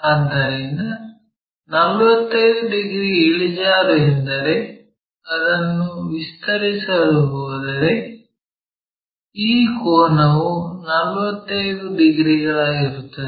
ಆದ್ದರಿಂದ 45 ಡಿಗ್ರಿ ಇಳಿಜಾರು ಎಂದರೆ ಅದನ್ನು ವಿಸ್ತರಿಸಲು ಹೋದರೆ ಈ ಕೋನವು 45 ಡಿಗ್ರಿಗಳಾಗಿರುತ್ತದೆ